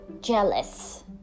jealous